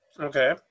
Okay